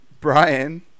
Brian